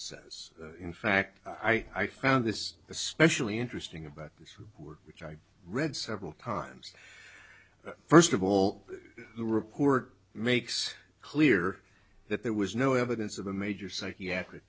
says in fact i found this especially interesting about this which i read several times first of all the report makes clear that there was no evidence of a major psychiatric